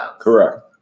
Correct